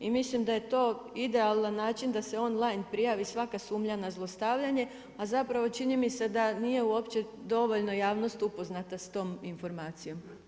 I mislim da je to idealan način, da se on line prijavi svaka sumnja na zlostavljanje, a zapravo, čini mi se da nije uopće dovoljno javnost upoznata s tom informacijom.